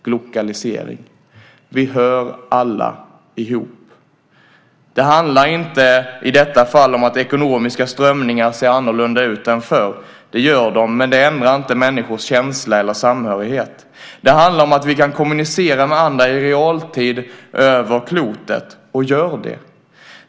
Glokalisering - vi hör alla ihop. Det handlar inte i detta fall om att ekonomiska strömningar ser annorlunda ut än förr. Det gör de, men det ändrar inte människors känsla eller samhörighet. Det handlar om att vi kan kommunicera med andra i realtid över klotet och gör det.